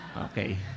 Okay